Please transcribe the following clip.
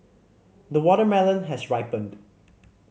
the watermelon has ripened